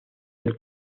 del